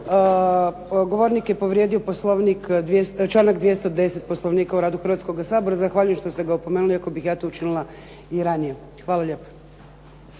Hvala lijepo.